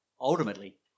ultimately